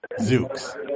Zooks